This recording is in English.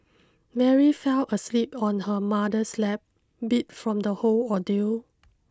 Mary fell asleep on her mother's lap beat from the whole ordeal